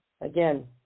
again